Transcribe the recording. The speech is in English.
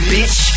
Bitch